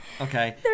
Okay